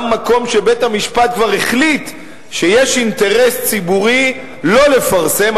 גם מקום שבית-המשפט כבר החליט שיש אינטרס ציבורי לא לפרסם,